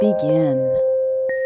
begin